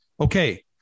okay